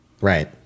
Right